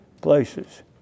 places